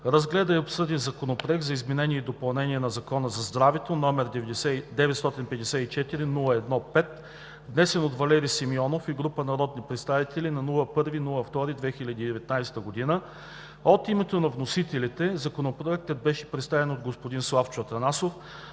разгледа и обсъди Законопроект за изменение и допълнение на Закона за здравето, № 954-01-5, внесен от Валери Симеонов и група народни представители на 1 февруари 2019 г. От името на вносителите Законопроектът беше представен от господин Славчо Атанасов,